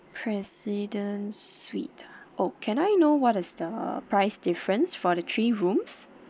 president suite ah oh can I know what is the price difference for the three rooms